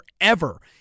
forever